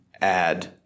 add